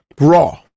Raw